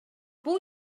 бул